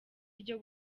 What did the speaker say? ryo